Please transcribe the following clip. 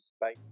Bye